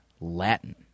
Latin